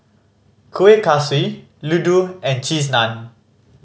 Kueh Kaswi laddu and Cheese Naan